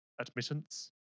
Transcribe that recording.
admittance